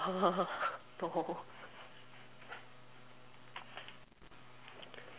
no